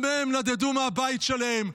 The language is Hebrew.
גם הם נדדו מהבית שלהם,